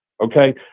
Okay